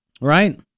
Right